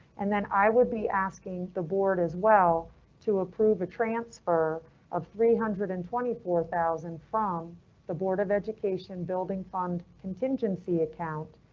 and then i would be asking the board as well to approve a transfer of three hundred and twenty four thousand from the board of education building fund contingency account.